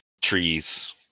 trees